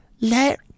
let